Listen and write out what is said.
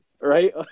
Right